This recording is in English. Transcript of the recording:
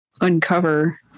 uncover